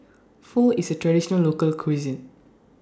Pho IS A Traditional Local Cuisine